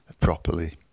properly